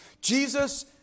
Jesus